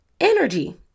Energy